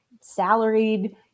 salaried